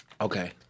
Okay